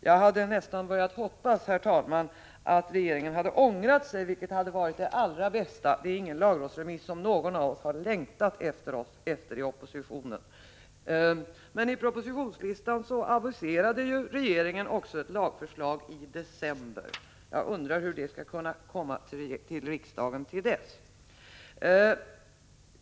Jag hade nästan börjat hoppas att regeringen hade ångrat sig, vilket hade varit det allra bästa — detta är ingen lagrådsremiss som någon i oppositionen har längtat efter. Men i propositionslistan aviserade regeringen också ett lagförslag i december. Jag undrar hur det skall hinna komma till riksdagen till dess.